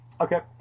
okay